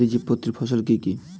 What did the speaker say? দ্বিবীজপত্রী ফসল কি কি?